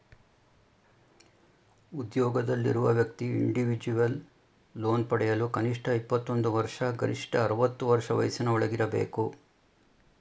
ಉದ್ಯೋಗದಲ್ಲಿರುವ ವ್ಯಕ್ತಿ individual loan ಪಡೆಯಲು ಕನಿಷ್ಠ ಇಪ್ಪತ್ತೊಂದು ವರ್ಷ ಗರಿಷ್ಠ ಅರವತ್ತು ವರ್ಷ ವಯಸ್ಸಿನ ಒಳಗಿರಬೇಕು